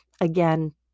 Again